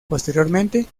posteriormente